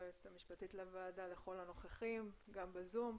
ליועצת המשפטית לוועדה ולכל הנוכחים אתנו ובזום.